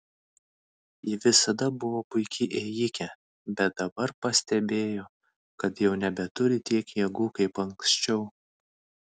ji visada buvo puiki ėjike bet dabar pastebėjo kad jau nebeturi tiek jėgų kaip anksčiau